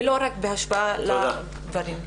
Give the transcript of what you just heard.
ולא רק בהשפעת הדברים.